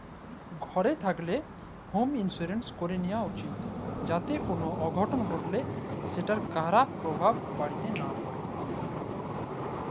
ঘর থ্যাকলে হম ইলসুরেলস ক্যরে লিয়া উচিত যাতে কল অঘটল ঘটলে সেটর খারাপ পরভাব বাড়িতে লা প্যড়ে